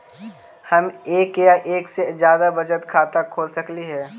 हम एक या एक से जादा बचत खाता खोल सकली हे?